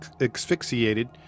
asphyxiated